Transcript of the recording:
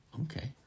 Okay